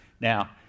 Now